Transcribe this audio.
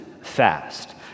fast